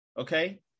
okay